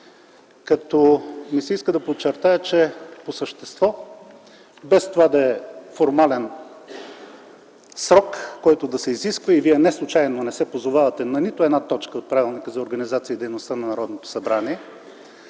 Иска ми се да подчертая, че по същество, без това да е формален срок, който да се изисква, и вие неслучайно не се позовавате на нито една точка от Правилника за организацията и дейността на Народното събрание,